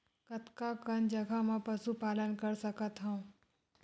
कतका कन जगह म पशु पालन कर सकत हव?